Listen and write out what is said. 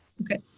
Okay